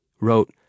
wrote